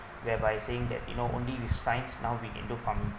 whereby saying that you know only with science now we can do farming